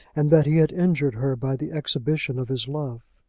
and that he had injured her by the exhibition of his love.